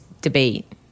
debate